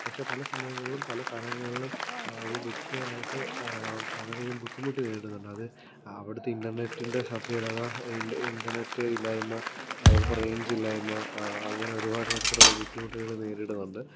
പക്ഷെ പല സമയങ്ങളിലും പല സ്ഥലങ്ങളിലും ബുക്ക് ചെയ്യാനായിട്ട് വളരെയും ബുദ്ധിമുട്ട് നേരിടുന്നുണ്ട് അത് അത് അവിടുത്തെ ഇൻറ്റർനെറ്റിൻ്റെ സഫ്യലത ഇൻറ്റർനെറ്റ് ഇല്ലായ്മ അത് ഇപ്പോൾ റേഞ്ച് ഇല്ലായ്മ അങ്ങനെ ഒരുപാട് തരത്തിലുള്ള ബുദ്ധിമുട്ടുകൾ നേരിടുന്നുണ്ട്